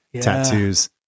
tattoos